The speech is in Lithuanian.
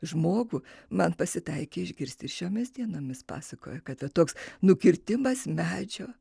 žmogų man pasitaikė išgirsti ir šiomis dienomis pasakojo kada toks nukirtimas medžio